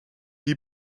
die